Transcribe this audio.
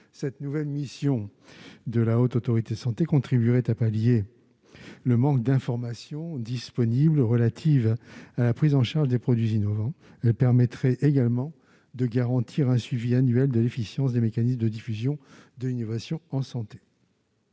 cette nouvelle mission de la Haute autorité de santé contribuerait à pallier le manque d'informations disponibles relatives à la prise en charge des produits innovants permettrait également de garantir un suivi annuel de efficience des mécanismes de diffusion de l'innovation en santé.